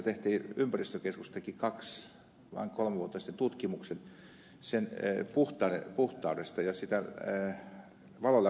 puruvedestä ympäristökeskus teki kaksi tai kolme vuotta sitten tutkimuksen sen puhtaudesta ja valonläpäisykyvystä